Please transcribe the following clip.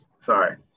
Sorry